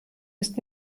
ist